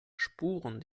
spuren